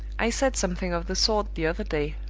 i said something of the sort the other day,